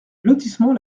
lotissement